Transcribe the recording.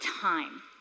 time